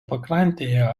pakrantėje